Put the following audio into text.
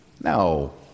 No